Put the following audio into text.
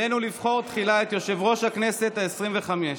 עלינו לבחור תחילה את יושב-ראש הכנסת העשרים-וחמש.